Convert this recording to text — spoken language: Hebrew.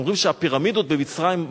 אומרים שהפירמידות במצרים,